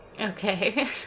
Okay